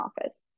office